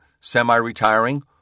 semi-retiring